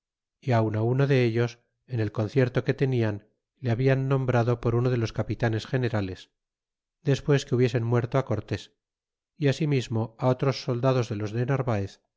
y aun á uno dellos en el concierto que tenian le hablan nombrado por uno de los capitanes generales despues que hubiesen muerto á cortés y asimismo á otros soldados de los de narvaez